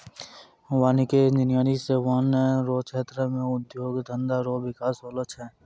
वानिकी इंजीनियर से वन रो क्षेत्र मे उद्योग धंधा रो बिकास होलो छै